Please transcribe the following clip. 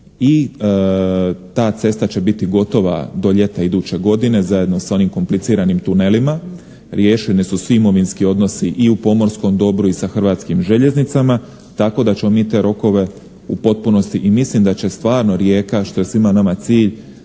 i ta cesta će biti gotova do ljeta iduće godine zajedno sa onim kompliciranim tunelima. Riješeni su svi imovinski odnosi i u pomorskom dobru i sa Hrvatskim željeznicama tako da ćemo mi te rokove u potpunosti i mislim da će stvarno Rijeka što je svima nama cilj